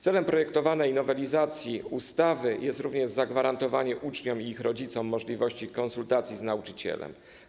Celem projektowanej nowelizacji ustawy jest również zagwarantowanie uczniom i ich rodzicom możliwości konsultacji z nauczycielem.